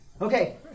Okay